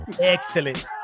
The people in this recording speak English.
excellent